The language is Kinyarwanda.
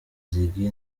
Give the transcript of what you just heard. ziggy